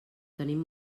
tenim